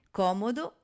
comodo